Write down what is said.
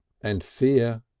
and fear,